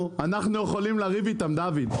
אנחנו יכולים לריב איתם, דוד.